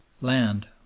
Land